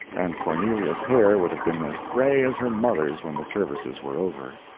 and cornelia's hair would have been as gray as her mother's when the services were over.